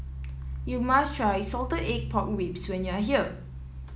you must try Salted Egg Pork Ribs when you are here